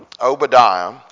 Obadiah